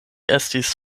estis